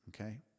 Okay